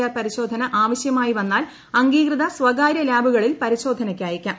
R പരിശോധന ആവശ്യമായി വന്നാൽ അംഗീകൃത സ്വകാരൃ ലാബുകളിൽ പരിശോധനയ്ക്ക് അയക്കാം